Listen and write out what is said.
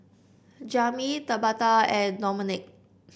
Jami Tabetha and Domenick